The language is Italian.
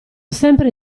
sempre